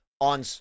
on